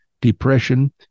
depression